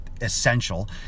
essential